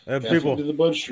people